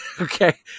okay